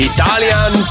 Italian